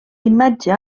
imatge